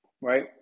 right